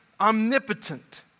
omnipotent